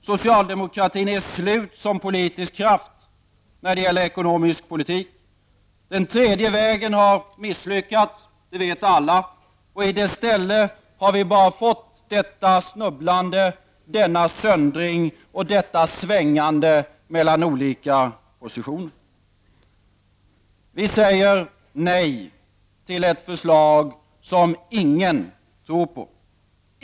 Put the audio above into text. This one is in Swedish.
Socialdemokratin är slut som politisk kraft när det gäller ekonomisk politik. Den tredje vägens politik har misslyckats, det vet alla, och i dess ställe har vi bara fått detta snubblande, denna söndring och detta svängande mellan olika positioner. Vi säger nej till ett förslag som ingen tror på.